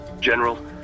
General